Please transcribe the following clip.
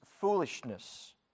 foolishness